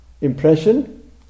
Impression